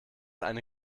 eine